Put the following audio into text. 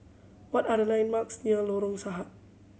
what are the landmarks near Lorong Sahad